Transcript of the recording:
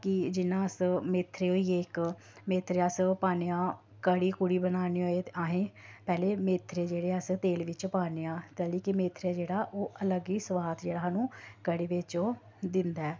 कि जि'यां अस मेथरे होई गे इक मेथरे अस पान्ने आं कढ़ी कुढ़ी बनाने होए असें पैह्लें मेथरे जेह्ड़े अस तेल बिच्च पान्ने आं कैह्ली कि मेथरे जेह्ड़ा ओह् अलग ई सोआद जेह्ड़ा सानूं कढ़ी बिच्च ओह् दिंदा ऐ